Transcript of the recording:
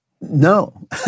No